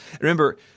Remember